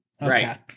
Right